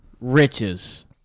riches